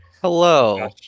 hello